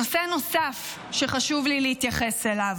נושא נוסף שחשוב לי להתייחס אליו,